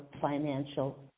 financial